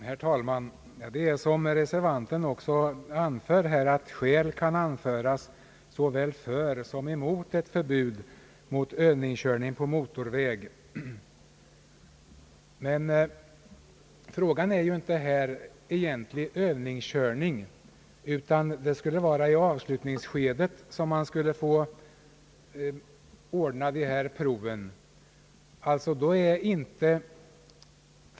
Herr talman! Som reservanten också framhåller kan skäl anföras såväl för som emot förbud mot övningskörning på motorväg. Men här är det ju inte fråga om egentlig övningskörning, utan det skulle vara under avslutningsskedet av utbildningen som man skulle få anordna övning på motorväg.